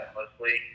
mostly